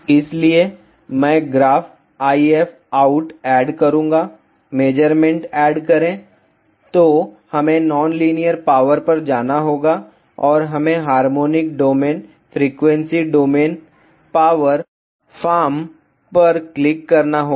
vlcsnap 2018 09 20 14h57m58s752 इसलिए मैं graph IF out add करूँगा मेजरमेंट ऐड करें तो हमें नॉन लीनियर पावर पर जाना होगा और हमें harmonic domain frequency domain power Pharm पर क्लिक करना होगा